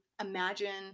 imagine